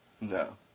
No